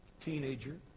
teenager